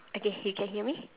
okay you can hear me